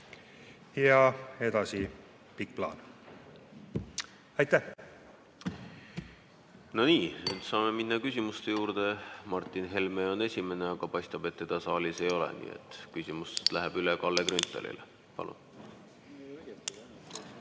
ja edasi pikk plaan. Aitäh! No nii. Nüüd saame minna küsimuste juurde. Martin Helme on esimene, aga paistab, et teda saalis ei ole, nii et küsimus läheb üle Kalle Grünthalile. No